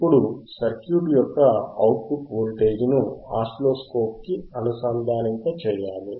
ఇప్పుడు సర్క్యూట్ యొక్క output voltage ను ఆసిలోస్కోప్ కి అనుసంధానింప చేయాలి